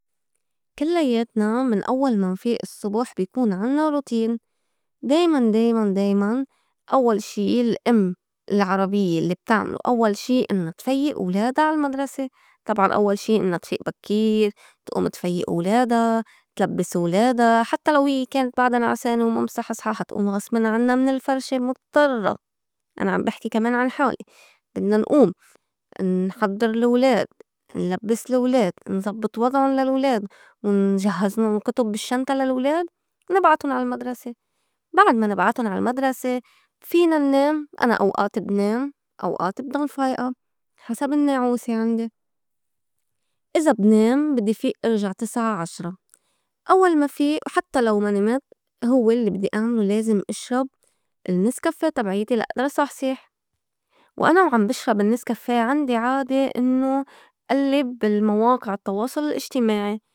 كلّياتنا من أوّل ما نفيئ الصّبُح بيكون عنّا روتين دايماً- دايماً- دايماً أوّل شي الأم العربيّة الّي بتعملو أوّل شي إنّا تفيّئ ولادا عالمدسة، طبعاً أوّل شي إنّا تفيئ بكّير، تئوم تفيّئ ولادا، تلبّس ولادا، حتّى لو هيّ كانت بعدا نعسانة وما مصحصة حا تئوم غصبن عنّا من الفرشة مضطرّة أنا عم بحكي كمان عن حالي بدنا نئوم نحضّر لولاد، نلبّس لولاد، نزبّط وضعٌ للولاد، نجهّزلُن كُتُب بالشّنطة للولاد، ونبعتُن عالمدرسة بعد ما نبعتُن عالمدرسة فينا نّام أنا أوئات بنام أوئات بضل فايئة حسب النّاعوسة عندي إذا بنام بدّي فيئ إرجع تسعة عشرة، أوّل ما فيئ وحتّى لو ما نمت هوّ الّي بدّي أعملو لازم إشرب النسكافيه تبعيتي لا إئدر صحصح وأنا وعم بشرب النسكافيه عندي عادة إنّو ألّب بالمواقع التواصُل الإجتماعي.